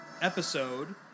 episode